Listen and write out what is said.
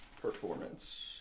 performance